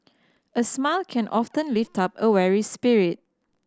a smile can often lift up a weary spirit